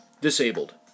Disabled